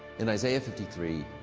in isaiah fifty three,